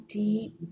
deep